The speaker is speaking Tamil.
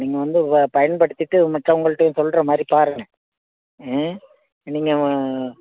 நீங்கள் வந்து வ பயன்படுத்திட்டு மத்தவங்கள்ட்டையும் சொல்கிற மாதிரி பாருங்கள் ம் நீங்கள்